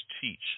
teach